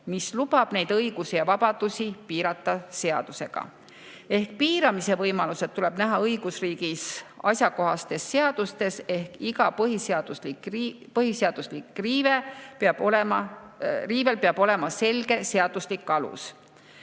mis lubab neid õigusi ja vabadusi piirata seadusega ehk piiramise võimalused tuleb õigusriigis näha ette asjakohastes seadustes ehk igal põhiseaduslikul riivel peab olema selge seaduslik alus.